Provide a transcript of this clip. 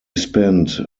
spent